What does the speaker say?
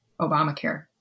Obamacare